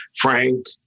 Frank